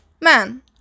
man